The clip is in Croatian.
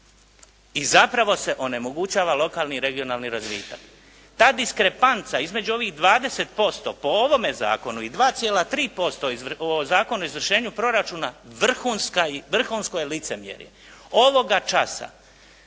i zapravo se onemogućava lokalni i regionalni razvitak. Ta diskrepanca između ovih 20% po ovome zakonu i 2,3% po Zakonu o izvršenju proračuna vrhunsko je licemjerje. Ovoga časa